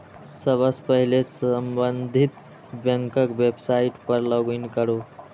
सबसं पहिने संबंधित बैंकक वेबसाइट पर लॉग इन करू